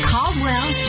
Caldwell